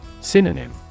Synonym